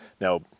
Now